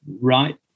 Right